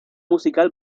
musical